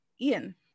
ian